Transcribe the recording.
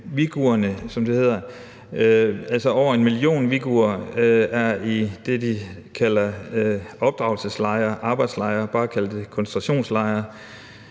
uighurerne, som de hedder, eller andre. Altså, over en million uighurer er i det, de kalder opdragelseslejre, arbejdslejre – bare kald det koncentrationslejre.